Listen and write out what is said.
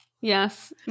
Yes